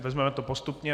Vezmeme to postupně.